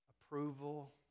approval